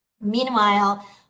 Meanwhile